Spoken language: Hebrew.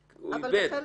הוא איבד את זה,